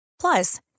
Plus